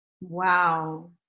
Wow